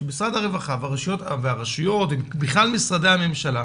שמשרד הרווחה והרשויות ובכלל משרדי הממשלה